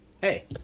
Hey